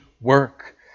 work